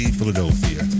Philadelphia